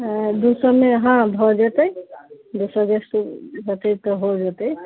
दू सओमे हँ भऽ जेतै दसो बीस टा बढ़तै तऽ हो जेतै